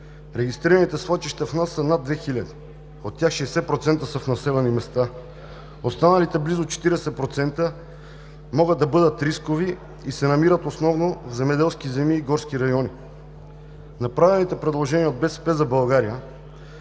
регистрираните свлачища у нас са над 2 хиляди, от тях 60% са в населени места. Останалите близо 40% могат да бъдат рискови и се намират основно в земеделски земи и горски райони. Направените предложения от „БСП за България“